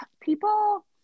people